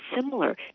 similar